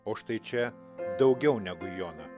o štai čia daugiau negu jona